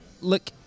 Look